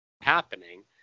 happening